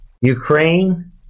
Ukraine